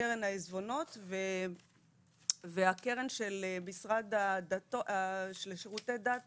קרן העזבונות והקרן של המשרד לשירותי דת,